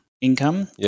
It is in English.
income